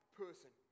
person